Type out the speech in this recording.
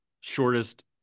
shortest